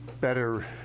better